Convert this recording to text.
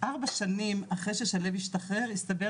ארבע שנים אחרי ששלו השתחרר הסתבר